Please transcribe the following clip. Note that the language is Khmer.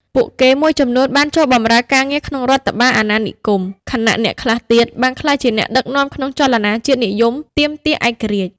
ពួកគេមួយចំនួនបានចូលបម្រើការងារក្នុងរដ្ឋបាលអាណានិគម ខណៈអ្នកខ្លះទៀតបានក្លាយជាអ្នកដឹកនាំក្នុងចលនាជាតិនិយមទាមទារឯករាជ្យ។